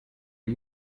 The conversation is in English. are